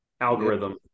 algorithm